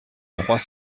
trois